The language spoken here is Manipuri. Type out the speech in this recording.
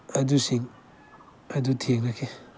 ꯑꯗꯨꯁꯤꯡ ꯑꯗꯨ ꯊꯦꯡꯅꯈꯤ